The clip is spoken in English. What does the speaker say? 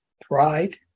pride